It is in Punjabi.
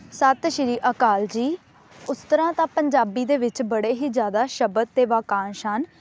ਸਤਿ ਸ਼੍ਰੀ ਅਕਾਲ ਜੀ ਉਸ ਤਰ੍ਹਾਂ ਤਾਂ ਪੰਜਾਬੀ ਦੇ ਵਿੱਚ ਬੜੇ ਹੀ ਜ਼ਿਆਦਾ ਸ਼ਬਦ ਅਤੇ ਵਾਕਾਂਸ਼ ਹਨ